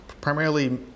Primarily